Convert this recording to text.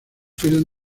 film